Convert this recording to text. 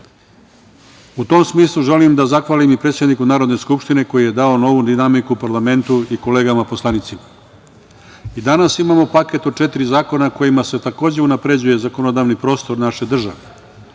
tom smislu želim da zahvalim i predsedniku Narodne skupštine koji je dao novu dinamiku parlamentu i kolegama poslanicima.I danas imamo paket od četiri zakona kojima se takođe unapređuje zakonodavni prostor naše države.